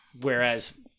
Whereas